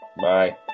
Bye